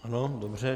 Ano, dobře.